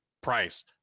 Price